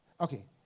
Okay